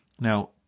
Now